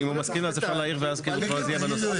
אז אם הוא מסכים הוא יכול ואם הוא לא מסכים אז.